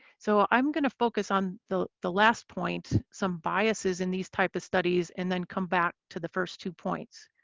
so i'm gonna focus on the the last point some biases in these types of studies and then come back to the first two points.